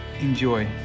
Enjoy